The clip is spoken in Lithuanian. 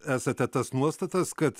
esate tas nuostatas kad